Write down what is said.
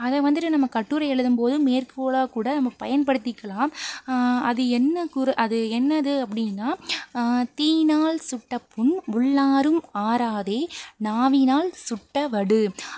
அதை வந்துட்டு நம்ம கட்டுரை எழுதும்போதும் மேற்கோளாககூட நம்ம பயன்படுத்திக்கலாம் அது என்ன குற அது என்னது அப்படின்னா தீயினாற் சுட்டப்புண் உள்ளாறும் ஆறாதே நாவினாற் சுட்ட வடு